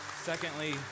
Secondly